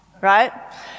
right